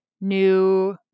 new